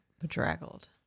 Bedraggled